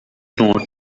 more